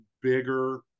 bigger